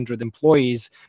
employees